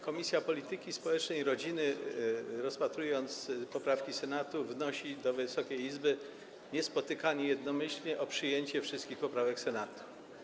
Komisja Polityki Społecznej i Rodziny po rozpatrzeniu poprawek Senatu wnosi do Wysokiej Izby, niespotykanie jednomyślnie, o przyjęcie wszystkich poprawek Senatu.